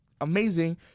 amazing